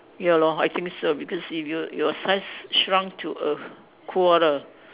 ya lor I think so because if you your size shrunk to a quarter